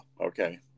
okay